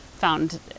found